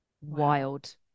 Wild